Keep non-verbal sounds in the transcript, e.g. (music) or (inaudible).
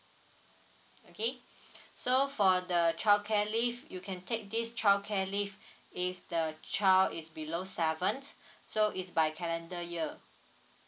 okay (breath) so for the childcare leave you can take this childcare leave if the child is below seven (breath) so is by calendar year